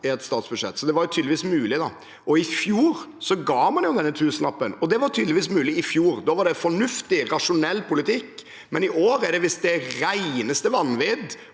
i et statsbudsjett, så det var tydeligvis mulig. I fjor ga man jo denne tusenlappen, så det var tydeligvis mulig i fjor. Da var det fornuftig, rasjonell politikk, men i år er det visst det reneste vanvidd